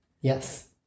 Yes